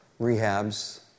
rehabs